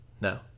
No